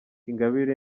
ingabire